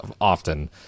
often